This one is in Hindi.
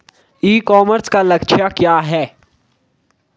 ई कॉमर्स का लक्ष्य क्या है?